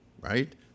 right